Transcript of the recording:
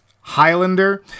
Highlander